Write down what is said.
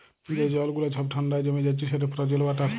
যে জল গুলা ছব ঠাল্ডায় জমে যাচ্ছে সেট ফ্রজেল ওয়াটার